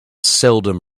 seldom